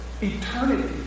eternity